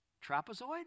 trapezoid